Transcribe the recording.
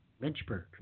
Lynchburg